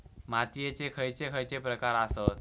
मातीयेचे खैचे खैचे प्रकार आसत?